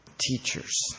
teachers